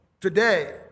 today